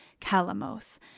Calamos